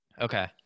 Okay